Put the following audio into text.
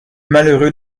malheureux